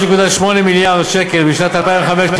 3.8 מיליארד שקל בשנת 2015,